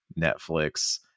Netflix